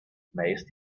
meist